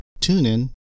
TuneIn